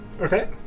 Okay